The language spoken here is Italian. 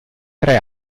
tre